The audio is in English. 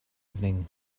evening